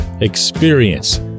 experience